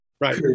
Right